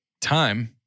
time